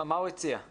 מה הוא הציע?